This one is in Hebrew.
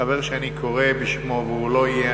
חבר שאני קורא בשמו והוא לא יהיה,